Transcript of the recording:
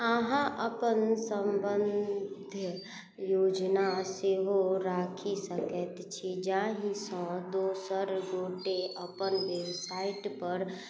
अहाँ अपन सम्बद्ध योजना सेहो राखि सकै छी जाहिसँ दोसर गोटे अपन वेबसाइटपर